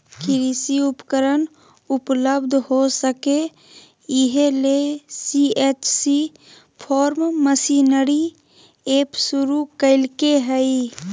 कृषि उपकरण उपलब्ध हो सके, इहे ले सी.एच.सी फार्म मशीनरी एप शुरू कैल्के हइ